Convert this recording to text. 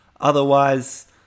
Otherwise